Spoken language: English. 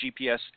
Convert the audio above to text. GPS